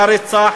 היה רצח.